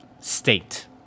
state